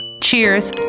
Cheers